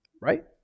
right